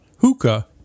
hookah